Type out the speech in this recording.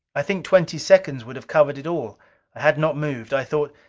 i think twenty seconds would have covered it all. i had not moved. i thought,